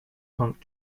punk